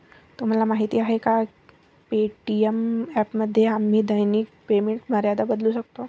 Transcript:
तुम्हाला माहीत आहे का पे.टी.एम ॲपमध्ये आम्ही दैनिक पेमेंट मर्यादा बदलू शकतो?